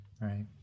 Right